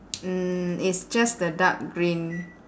mm it's just the dark green